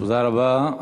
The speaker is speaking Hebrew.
תודה רבה.